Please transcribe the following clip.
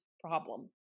problem